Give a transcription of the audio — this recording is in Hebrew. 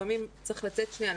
לפעמים צריך לצאת שנייה,